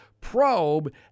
probe